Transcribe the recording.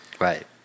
Right